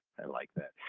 i like that.